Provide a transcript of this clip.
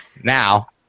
Now